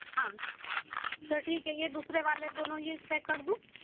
हाँ ठीक है ये दूसरे वाले ये दोनों पैक कर दूँ